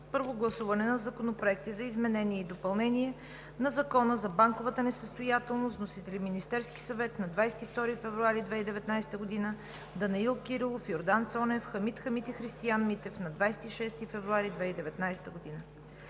Първо гласуване на законопроекти за изменение и допълнение на Закона за банковата несъстоятелност. Вносители са Министерският съвет на 22 февруари 2019 г.; Данаил Кирилов, Йордан Цонев, Хамид Хамид и Христиан Митев на 26 февруари 2019 г.